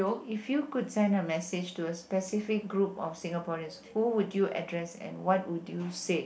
if you could send a message to a specific group of Singaporeans who would you address and what would you say